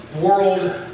world